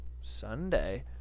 sunday